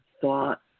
thought